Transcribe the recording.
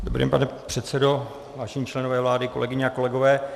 Dobrý den, pane předsedo, vážení členové vlády, kolegyně a kolegové.